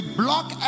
block